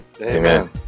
Amen